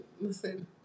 listen